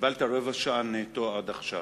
קיבלת רבע שעה נטו עד עכשיו.